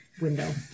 window